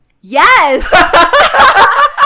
yes